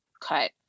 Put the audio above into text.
cut